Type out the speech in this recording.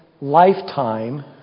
lifetime